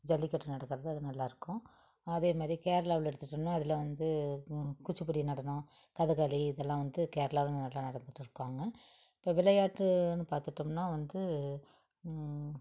ஜல்லிக்கட்டு நடக்கிறது அது நல்லாயிருக்கும் அதேமாதிரி கேரளாவில் எடுத்துகிட்டோம்ன்னா அதில் வந்து குச்சிப்புடி நடனம் கதகளி இதெல்லாம் வந்து கேரளாவில் நல்லா நடத்திகிட்ருக்காங்க இப்போ விளையாட்டுன்னு பார்த்துட்டோம்ன்னா வந்து